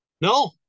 No